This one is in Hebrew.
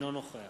אינו נוכח